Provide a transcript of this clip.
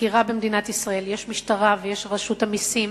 חקירה במדינת ישראל, יש משטרה ויש רשות המסים,